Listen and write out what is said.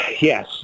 yes